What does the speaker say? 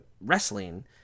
wrestling